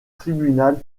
tribunal